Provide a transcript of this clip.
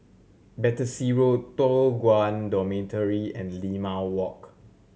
Battersea Road Toh Guan Dormitory and Limau Walk